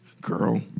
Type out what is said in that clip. Girl